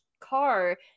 car